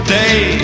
day